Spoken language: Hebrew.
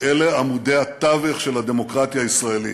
אלה עמודי התווך של הדמוקרטיה הישראלית,